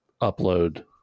upload –